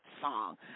song